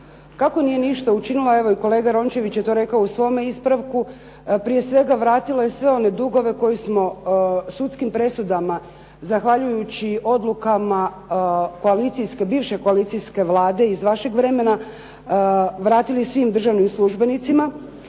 Kako nije ništa učinila, evo i kolega Rončević je to rekao u svome ispravku. Prije svega, vratilo je sve one dugove koje smo sudskim presudama zahvaljujući odlukama bivše koalicijske vlade iz vašeg vremena vratili svim državnim službenicima,